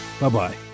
Bye-bye